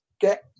get